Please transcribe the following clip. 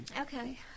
Okay